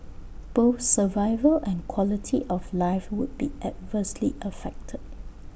both survival and quality of life would be adversely affected